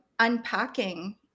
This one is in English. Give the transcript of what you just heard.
Unpacking